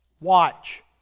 Watch